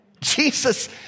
Jesus